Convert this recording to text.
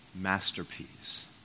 masterpiece